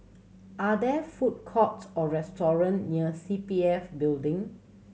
are there food courts or restaurant near C P F Building